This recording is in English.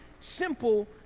simple